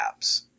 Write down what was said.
apps